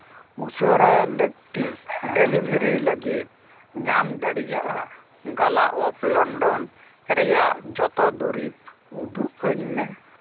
ᱩᱥᱟᱹᱨᱟ ᱞᱟᱹᱠᱛᱤ ᱰᱮᱞᱤᱵᱷᱟᱹᱨᱤ ᱞᱟᱹᱜᱤᱫ ᱧᱟᱢ ᱫᱟᱲᱮᱭᱟᱜᱼᱟ ᱜᱟᱞᱟ ᱚᱯᱷ ᱞᱚᱱᱰᱚᱱ ᱨᱮᱭᱟᱜ ᱡᱚᱛᱚ ᱫᱩᱨᱤᱵ ᱩᱫᱩᱜ ᱟᱹᱧ ᱢᱮ